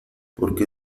porque